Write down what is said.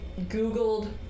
Googled—